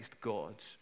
God's